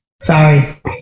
Sorry